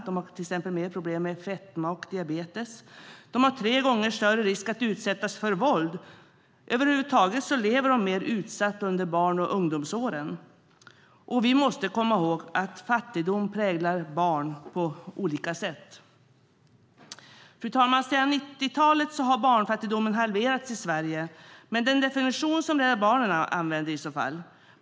De har till exempel mer problem med fetma och diabetes. De löper tre gånger större risk att utsättas för våld. Över huvud taget lever de mer utsatt under barn och ungdomsåren. Vi måste komma ihåg att fattigdom präglar barn på olika sätt. Fru talman! Sedan 90-talet har barnfattigdomen halverats i Sverige med den definition Rädda Barnen använder.